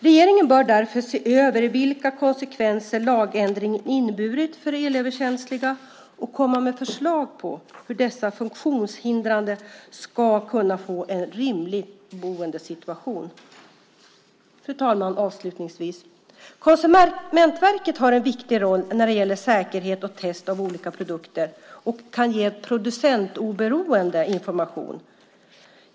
Regeringen bör därför se över vilka konsekvenser lagändringen inneburit för elöverkänsliga och komma med förslag på hur dessa funktionshindrade ska kunna få en rimlig boendesituation. Fru talman! Avslutningsvis: Konsumentverket har en viktig roll vad gäller säkerhet och test av olika produkter och kan ge producentoberoende information.